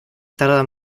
tardan